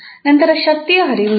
ನಂತರ ಶಕ್ತಿಯ ಹರಿವು ಇರುತ್ತದೆ